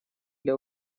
для